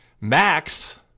Max